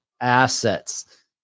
assets